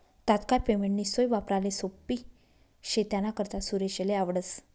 तात्काय पेमेंटनी सोय वापराले सोप्पी शे त्यानाकरता सुरेशले आवडस